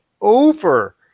over